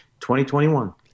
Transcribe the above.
2021